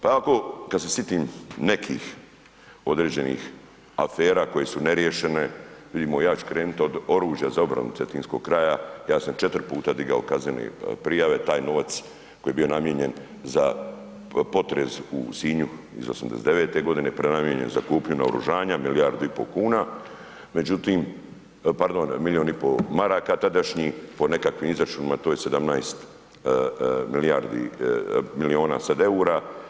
Pa ovako kada se sitim nekih određenih afera, koje su neriješene, vidimo, ja ću krenuti od oružja za obranu Cetinskog kraja, ja sam 4 puta digao kaznen prijave, taj novac, koji je bio namijenjen za potres u Sinju iz '89. godine, prenamijenjen za kupnju naoružanja, milijardu i pol kuna, pardon, milijun i pol maraka tadašnji, po nekakvim izračunima, to je 17 milijuna sada eura.